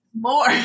more